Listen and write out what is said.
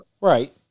Right